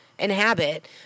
inhabit